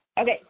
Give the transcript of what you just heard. Okay